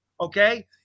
Okay